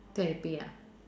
therapy ya